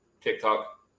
TikTok